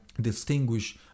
distinguish